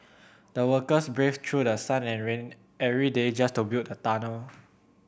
the workers braved through the sun and rain every day just to build a tunnel